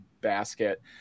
basket